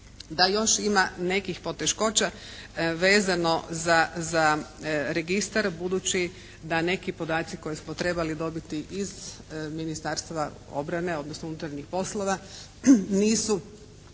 Da još ima nekih poteškoća vezano za registar, budući da neki podaci koje smo trebali dobiti iz Ministarstva obrane, odnosno unutarnjih poslova nisu